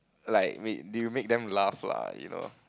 like wait you make them laugh lah you know